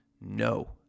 no